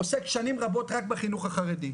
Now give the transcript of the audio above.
עוסק שנים רבות רק בחינוך החרדי.